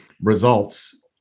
results